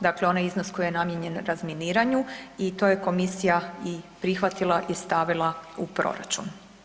Dakle, onaj iznos koji je namijenjen razminiranju i to je Komisija prihvatila i stavila u proračun.